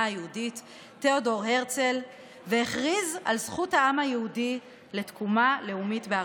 היהודית תיאודור הרצל והכריז על זכות העם היהודי לתקומה לאומית בארצו.